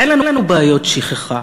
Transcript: אין לנו בעיות שכחה.